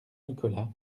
nicolas